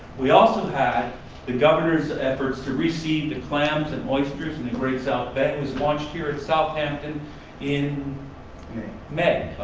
we also had the governor's efforts to reseed the clams and oysters in the great south bay, it was launched here at southampton in may.